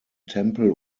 tempel